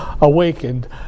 awakened